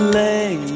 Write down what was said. lay